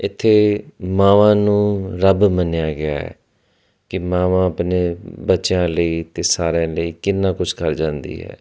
ਇੱਥੇ ਮਾਵਾਂ ਨੂੰ ਰੱਬ ਮੰਨਿਆ ਗਿਆ ਕਿ ਮਾਵਾਂ ਆਪਣੇ ਬੱਚਿਆਂ ਲਈ ਅਤੇ ਸਾਰਿਆਂ ਲਈ ਕਿੰਨਾ ਕੁਛ ਕਰ ਜਾਂਦੀ ਹੈ